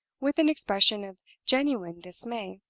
with an expression of genuine dismay.